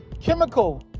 chemical